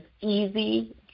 easy